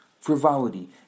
frivolity